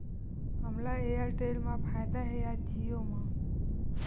हमला एयरटेल मा फ़ायदा हे या जिओ मा?